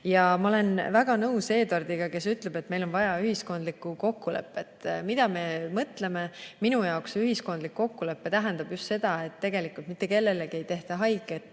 Ma olen väga nõus Eduardiga, kes ütleb, et meil on vaja ühiskondlikku kokkulepet, mida me ikkagi mõtleme. Minu jaoks see ühiskondlik kokkulepe tähendab just seda, et tegelikult mitte kellelegi ei tehta haiget,